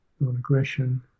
non-aggression